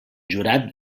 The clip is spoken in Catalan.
jurat